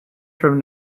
from